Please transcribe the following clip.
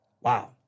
Wow